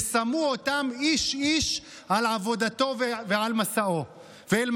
ושמו אותם איש איש על עבודתו ואל מסעו".